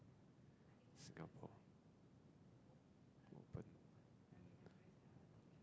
Singapore be open